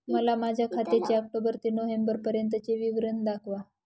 मला माझ्या खात्याचे ऑक्टोबर ते नोव्हेंबर पर्यंतचे विवरण दाखवा